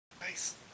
Nice